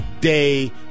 day